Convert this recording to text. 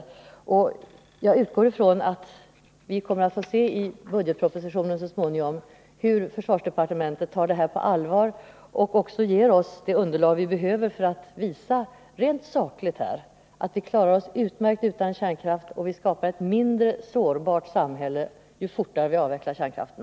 Jag 93 betydelse för försvaret utgår från att det så småningom i budgetpropositionen kommer att läggas fram förslag som visar att försvarsdepartementet tar dessa frågor på allvar och även att det kommer att ges underlag för att rent sakligt visa att vi klarar oss utan kärnkraft och skapar ett mindre sårbart samhälle ju snabbare vi avvecklar kärnkraften.